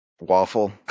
Waffle